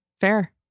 Fair